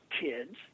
kids